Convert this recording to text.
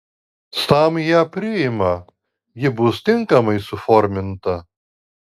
sam ją priima ji bus tinkamai suforminta